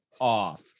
off